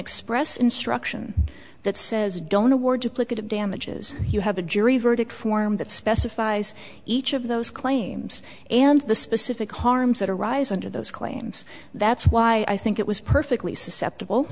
express instruction that says don't award to look at it damages you have a jury verdict form that specifies each of those claims and the specific harms that arise under those claims that's why i think it was perfectly susceptible